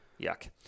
Yuck